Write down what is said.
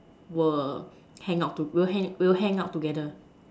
will hang out to will hang will hang out together